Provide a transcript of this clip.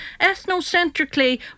Ethnocentrically